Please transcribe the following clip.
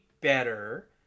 better